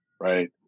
right